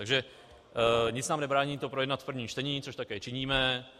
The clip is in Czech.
Takže nic nám nebrání to projednat v prvním čtení, což také činíme.